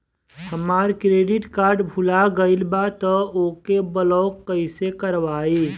हमार credit card भुला गएल बा त ओके ब्लॉक कइसे करवाई?